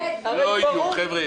לא יהיו פחות.